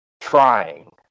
Trying